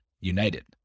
united